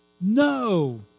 no